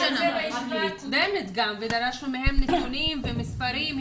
דרשנו מהם נתונים ומספרים.